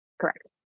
Correct